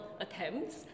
Attempts